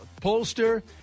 pollster